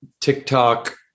TikTok